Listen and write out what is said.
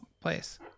place